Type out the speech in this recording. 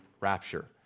rapture